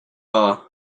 are